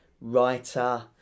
writer